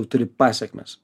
tu turi pasekmes